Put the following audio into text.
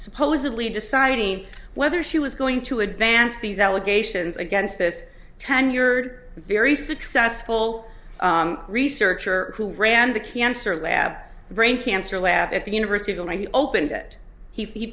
supposedly deciding whether she was going to advance these allegations against this tenured very successful researcher who ran the cancer lab brain cancer lab at the university of illinois he opened it he